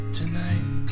tonight